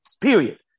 Period